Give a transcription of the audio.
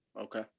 Okay